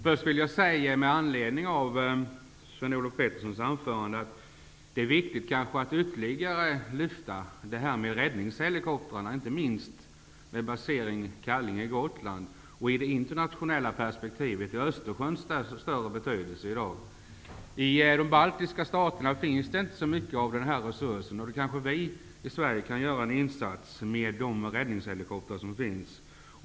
Först vill jag med anledning av Sven-Olof Peterssons anförande säga att det är viktigt att ytterligare lyfta fram det faktum att räddningshelikoptrarna i Östersjön har större betydelse i det internationella perspektivet i dag -- inte minst de på sträckan Kallinge--Gotland. I de baltiska staterna finns det inte så mycket av denna resurs, och då kanske vi i Sverige kan göra en insats med de räddningshelikoptrar som finns.